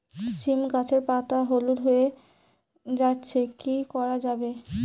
সীম গাছের পাতা হলুদ হয়ে যাচ্ছে কি করা যাবে?